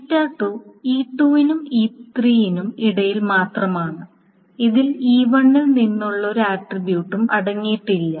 E2 നും E3 നും ഇടയിൽ മാത്രമാണ് അതിൽ E1 ൽ നിന്നുള്ള ഒരു ആട്രിബ്യൂട്ടും അടങ്ങിയിട്ടില്ല